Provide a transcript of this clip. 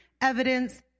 evidence